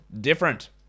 different